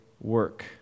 work